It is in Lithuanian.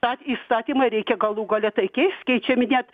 tą įstatymą reikia galų gale tai keist keičiami net